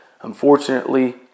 Unfortunately